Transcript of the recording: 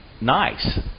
nice